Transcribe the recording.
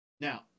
Now